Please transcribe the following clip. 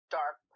dark